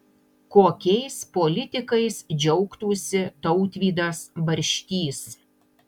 kokiais politikais džiaugtųsi tautvydas barštys